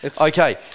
okay